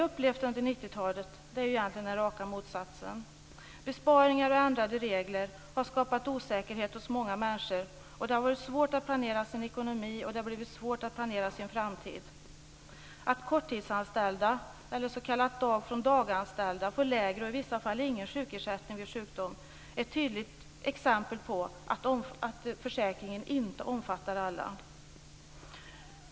Under 90-talet har vi egentligen upplevt den raka motsatsen. Besparingar och ändrade regler har skapat osäkerhet hos många människor. Det har varit svårt att planera sin ekonomi, och det har blivit svårt att planera sin framtid. Att korttidsanställda eller s.k. dag-från-daganställda får lägre, och i vissa fall ingen, sjukersättning vid sjukdom är ett tydligt exempel på att försäkringen inte omfattar alla.